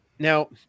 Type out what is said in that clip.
Now